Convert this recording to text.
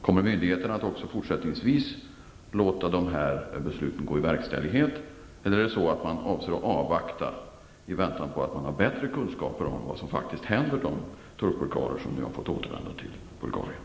Kommer myndigheterna även fortsättningsvis att låta dessa beslut gå i verkställighet eller avser de att avvakta i väntan på bättre kunskaper om vad som faktiskt händer de turkbulgarer som nu har fått återvända till Bulgarien?